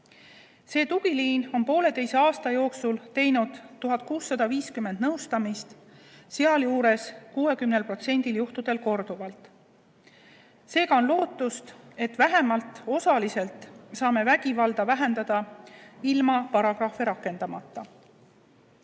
See tugiliin on pooleteise aasta jooksul teinud 1650 nõustamist, sealjuures 60% juhtudel korduvalt. Seega on lootust, et vähemalt osaliselt saame vägivalda vähendada ilma paragrahve